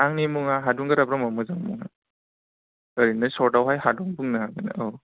आंनि मुङा हादुंगोरा ब्रह्म मोजां मुङा ओरैनो सर्टआवहाय हादुं बुंनो हागोन औ